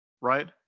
Right